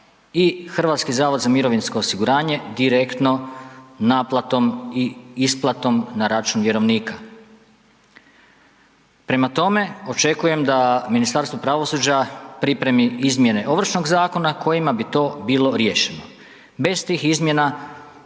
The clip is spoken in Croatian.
ovršava poslodavac i HZMO direktno naplatom i isplatom na račun vjerovnika. Prema tome, očekujem da Ministarstvo pravosuđa pripreme izmjene Ovršnog zakona kojima bi to bilo riješeno. Bez tih izmjena